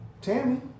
Tammy